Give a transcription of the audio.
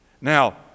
Now